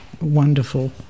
wonderful